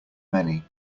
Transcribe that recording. many